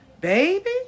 Baby